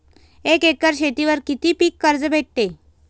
एक एकर शेतीवर किती पीक कर्ज भेटते?